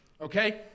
okay